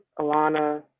Alana